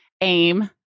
Aim